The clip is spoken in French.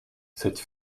cette